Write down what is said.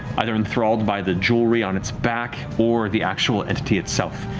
either enthralled by the jewelry on its back or the actual entity itself.